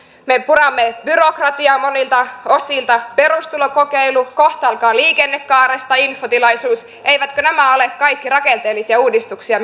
me puramme byrokratiaa monilta osilta on perustulokokeilu kohta alkaa liikennekaaresta infotilaisuus eivätkö nämä kaikki ole rakenteellisia uudistuksia